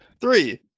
Three